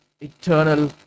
eternal